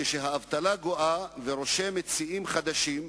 כשהאבטלה גואה ורושמת שיאים חדשים,